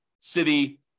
city